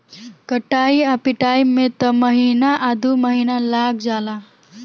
कटाई आ पिटाई में त महीना आ दु महीना लाग जाला